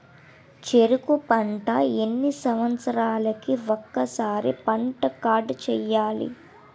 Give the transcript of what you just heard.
చెరుకు పంట ఎన్ని సంవత్సరాలకి ఒక్కసారి పంట కార్డ్ చెయ్యాలి?